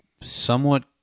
somewhat